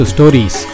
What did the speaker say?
Stories